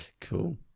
Cool